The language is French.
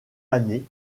années